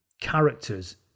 characters